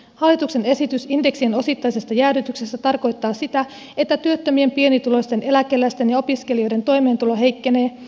hallituksen esitys indeksien osittaisesta jäädytyksestä tarkoittaa sitä että työttömien pienituloisten eläkeläisten ja opiskelijoiden toimeentulo heikkenee